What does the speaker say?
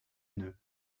nœuds